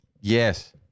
Yes